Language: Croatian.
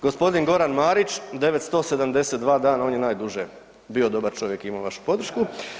Gospodin Goran Marić 972 dana on je najduže bio dobar čovjek i imao vašu podršku.